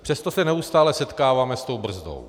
Přesto se neustále setkáváme s tou brzdou.